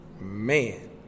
man